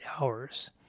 hours